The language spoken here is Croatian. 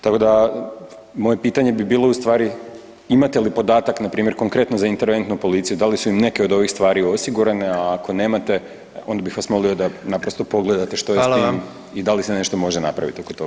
Tako da moje pitanje bi bilo ustvari imate li podatak, npr. konkretno za interventnu policiju, da li su im neke od ovih stvari osigurane, a ako nemate, onda bih vas molio da naprosto pogledate što se s tim i da li se nešto može napraviti oko toga.